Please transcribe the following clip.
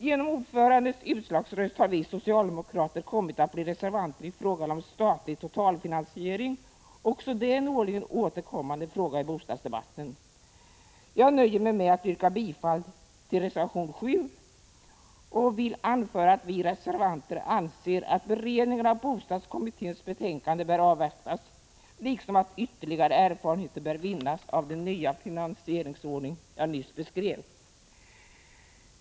Genom ordförandens utslagsröst har vi socialdemokrater kommit att bli reservanter i frågan om statlig totalfinansiering — också det en årligen återkommande fråga i bostadsdebatten. Jag nöjer mig med att yrka bifall till reservation 7, och jag vill anföra att vi reservanter anser att beredningen av bostadskommitténs betänkande bör avvaktas liksom att ytterligare erfarenheter bör vinnas av den nya finansieringsordning jag nyss beskrev.